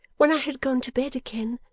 when i had gone to bed again,